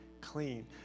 clean